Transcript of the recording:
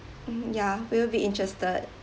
mmhmm ya will you be interested